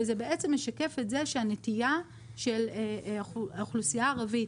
וזה בעצם משקף את זה שהנטייה של האוכלוסייה הערבית